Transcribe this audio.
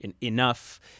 enough